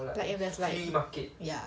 like if there's like ya